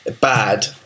Bad